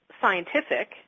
scientific